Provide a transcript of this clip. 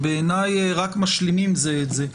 הם בעיני רק משלימים זה את זה,